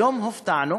היום הופתענו